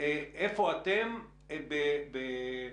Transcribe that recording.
איפה אתם בהנחיה,